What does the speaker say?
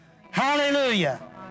Hallelujah